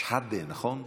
שחאדה, נכון?